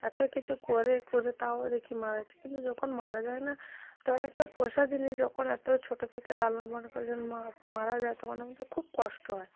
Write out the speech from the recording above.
এত কিছু করে করে তাও দেখি মারা যাচ্ছে কিন্তু যখন মারা যায় না তখন একটা পোষা জিনিস যখন এত ছোট থেকে লালন পালন করে যখন মারা যায় তখন আমাদের খুব কষ্ট হয়